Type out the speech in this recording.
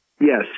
Yes